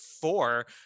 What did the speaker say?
four